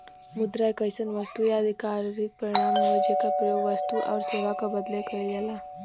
मुद्रा एक अइसन वस्तु या आधिकारिक प्रमाण हउवे जेकर प्रयोग वस्तु आउर सेवा क बदले कइल जाला